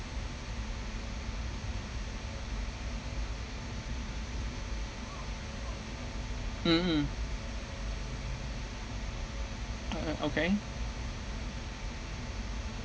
mmhmm all right okay